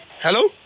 Hello